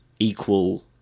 equal